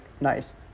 nice